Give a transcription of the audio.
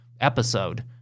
episode